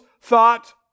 thought